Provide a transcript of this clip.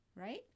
right